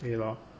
对咯